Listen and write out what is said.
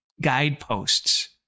guideposts